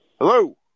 Hello